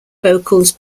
vocals